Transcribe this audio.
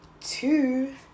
two